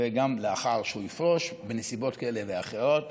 וגם לאחר שהוא יפרוש בנסיבות כאלה ואחרות,